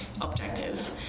objective